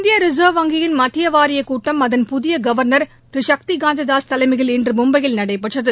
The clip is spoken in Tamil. இந்திய ரிச்வ் வங்கியின் மத்திய வாரியக் கூட்டம் அதன் புதிய கவர்னர் திரு சக்தி காந்த தாஸ் தலைமையில் இன்று மும்பையில் நடைபெற்றது